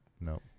No